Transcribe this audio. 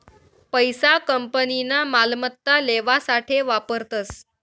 पैसा कंपनीना मालमत्ता लेवासाठे वापरतस